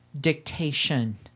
dictation